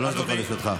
שלוש דקות לרשותך.